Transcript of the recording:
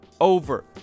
over